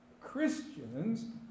Christians